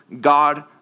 God